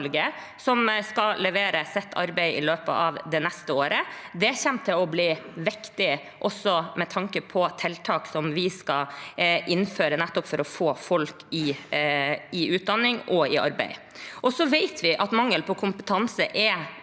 som skal levere sitt arbeid i løpet av det neste året. Det kommer til å bli viktig med tanke på tiltak som vi skal innføre nettopp for å få folk i utdanning og i arbeid. Vi vet at mangel på kompetanse er